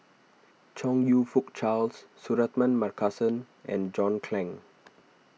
Chong You Fook Charles Suratman Markasan and John Clang